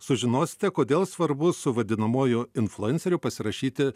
sužinosite kodėl svarbu su vadinamuoju influenceriu pasirašyti